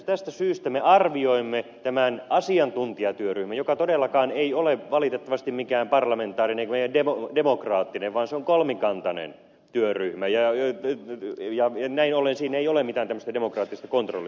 tästä syystä me arvioimme tämän asiantuntijatyöryhmän työn joka työryhmä todellakaan ei ole valitettavasti mikään parlamentaarinen eikä demokraattinen vaan se on kolmikantainen työryhmä ja näin ollen siinä ei ole mitään tämmöistä demokraattista kontrollia